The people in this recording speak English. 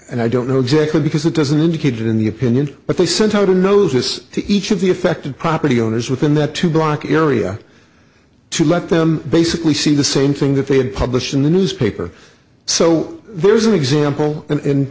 and i don't know exactly because it doesn't indicate that in the opinion but they sent out a notice to each of the affected property owners within that two block area to let them basically see the same thing that they had published in the newspaper so there's an example and